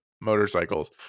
motorcycles